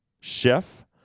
chef